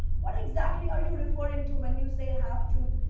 what exactly are you referring to, when you say a half-truths,